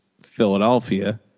Philadelphia